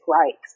rights